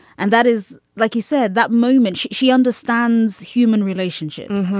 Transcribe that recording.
and that is, like you said, that moment. she she understands human relationships.